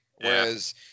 Whereas